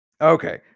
Okay